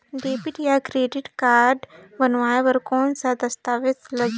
Debit या credit card बनवाय बर कौन का दस्तावेज लगही?